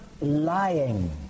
lying